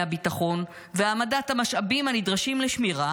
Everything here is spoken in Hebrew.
הביטחון ולהעמיד את המשאבים הנדרשים לשמירה,